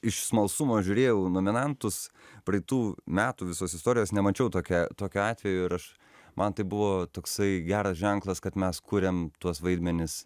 iš smalsumo žiūrėjau į nominantus praeitų metų visos istorijos nemačiau tokia tokiu atveju ir aš man tai buvo toksai geras ženklas kad mes kuriam tuos vaidmenis